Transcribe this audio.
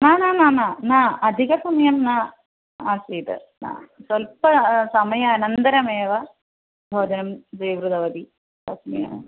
न न न न न अधिकं समयं न आसीत् न स्वल्पं समयानन्तरमेव भोजनं देवृतवती तस्मिन्